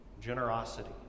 Generosity